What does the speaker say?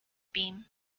beam